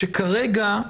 שכרגע,